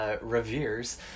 Revere's